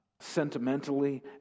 sentimentally